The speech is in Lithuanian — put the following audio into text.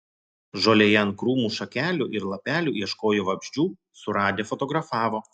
žolėje ant krūmų šakelių ir lapelių ieškojo vabzdžių suradę fotografavo